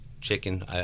chicken